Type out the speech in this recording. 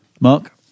Mark